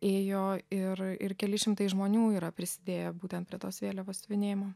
ėjo ir ir keli šimtai žmonių yra prisidėję būtent prie tos vėliavos siuvinėjimo